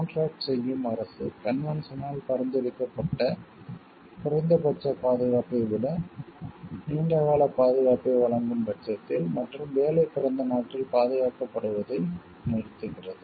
contract செய்யும் அரசு கன்வென்ஷனால் பரிந்துரைக்கப்பட்ட குறைந்தபட்ச பாதுகாப்பை விட நீண்ட கால பாதுகாப்பை வழங்கும் பட்சத்தில் மற்றும் வேலை பிறந்த நாட்டில் பாதுகாக்கப்படுவதை நிறுத்துகிறது